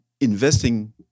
investing